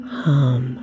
hum